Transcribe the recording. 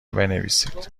بنویسید